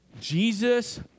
jesus